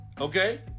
Okay